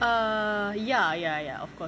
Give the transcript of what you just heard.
err ya ya ya of course